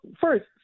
first